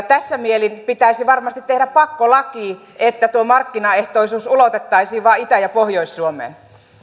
tässä mielin pitäisi varmasti tehdä pakkolaki että tuo markkinaehtoisuus ulotettaisiin vain itä ja pohjois suomeen